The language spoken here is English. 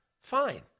Fine